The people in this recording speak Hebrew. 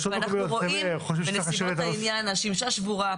אנחנו רואים בנסיבות העניין שהשמשה שבורה,